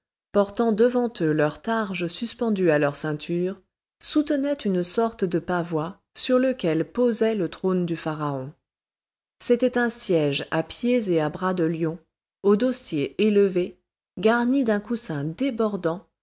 portant devant eux leur targe suspendue à leur ceinture soutenaient une sorte de pavois sur lequel posait le trône du pharaon c'était un siège à pieds et à bras de lion au dossier élevé garni d'un coussin débordant